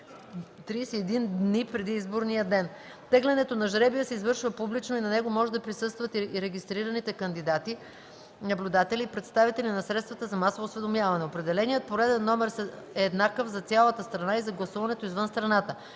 31 дни преди изборния ден. Тегленето на жребия се извършва публично и на него може да присъстват и регистрираните кандидати, наблюдатели и представители на средствата за масово осведомяване. Определеният пореден номер е еднакъв за цялата страна и за гласуването извън страната.